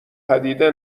پدیده